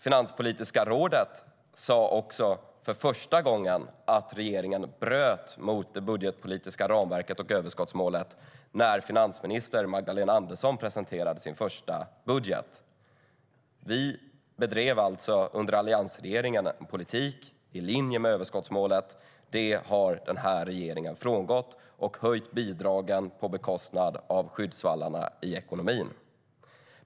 Finanspolitiska rådet sa också för första gången att regeringen bröt mot det budgetpolitiska ramverket och överskottsmålet när finansminister Magdalena Andersson presenterade sin första budget. Vi bedrev alltså under alliansregeringen en politik i linje med överskottsmålet, men det har den här regeringen frångått. Man har höjt bidragen på bekostnad av skyddsvallarna i ekonomin.